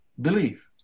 believe